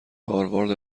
هاروارد